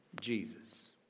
Jesus